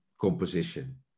composition